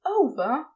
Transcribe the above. over